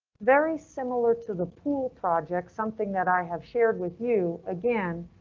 very similar to the pool project, something that i have shared with you. again,